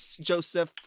joseph